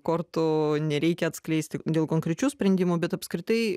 kortų nereikia atskleisti dėl konkrečių sprendimų bet apskritai